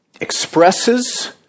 expresses